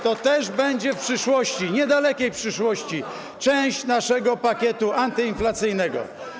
To też będzie w przyszłości, niedalekiej przyszłości, część naszego pakietu antyinflacyjnego.